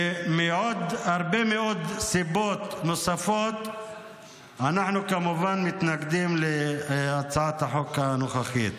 ומעוד הרבה מאוד סיבות אנחנו כמובן מתנגדים להצעת החוק הנוכחית.